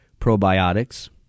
probiotics